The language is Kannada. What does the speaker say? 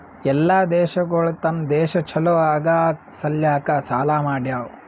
ಎಲ್ಲಾ ದೇಶಗೊಳ್ ತಮ್ ದೇಶ ಛಲೋ ಆಗಾ ಸಲ್ಯಾಕ್ ಸಾಲಾ ಮಾಡ್ಯಾವ್